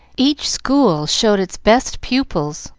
each school showed its best pupils,